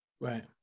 Right